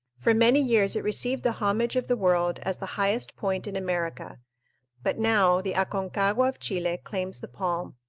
for many years it received the homage of the world as the highest point in america but now the aconcagua of chile claims the palm.